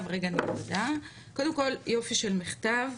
יופי של מכתב